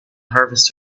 harvest